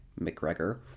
McGregor